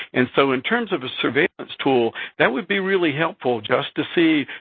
and so, in terms of a surveillance tool, that would be really helpful, just to see,